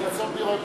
לנסות לראות,